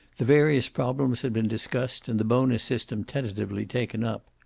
the various problems had been discussed and the bonus system tentatively taken up.